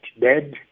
dead